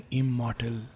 immortal